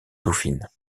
dauphine